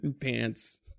pants